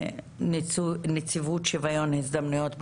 מנציבות שוויון הזדמנויות בעבודה,